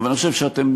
אבל אני חושב שאתם,